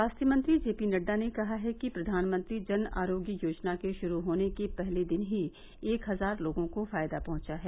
स्वास्थ्य मंत्री J P Nadda ने कहा है कि प्रधानमंत्री जन आरोग्य योजना के शुरू होने के पहले दिन ही एक हजार लोगों को फायदा पहुंचा है